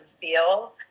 feel